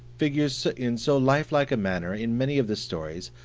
figures in so lifelike a manner in many of the stories,